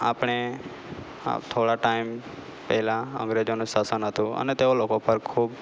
આપણે આ થોડા ટાઈમ પહેલાં અંગ્રેજોનું શાસન હતું અને તેઓ લોકો પર ખૂબ